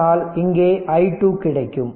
அதனால் இங்கே i2 கிடைக்கும்